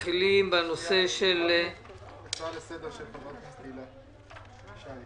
יש הצעה לסדר של חברת הכנסת הילה שי וזאן.